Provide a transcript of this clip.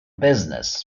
business